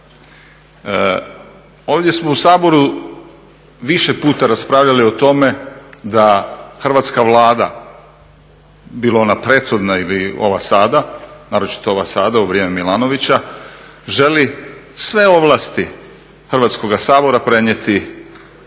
Ovdje smo u Saboru više puta raspravljali o tome da hrvatska Vlada bilo ona prethodna ili ova sada naročito ova sada u vrijeme Milanovića, želi sve ovlasti Hrvatskoga sabora prenijeti